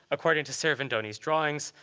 according to servandoni's drawings,